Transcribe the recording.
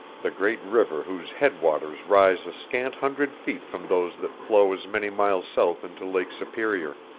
the great river whose head-waters rise a scant hundred feet from those that flow as many miles south into lake superior.